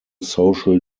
social